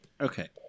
Okay